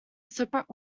separate